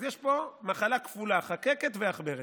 אז יש פה מחלה כפולה: חקקת ועכברת.